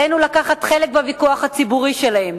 עלינו לקחת חלק בוויכוח הציבורי שלהם.